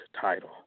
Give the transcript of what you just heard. title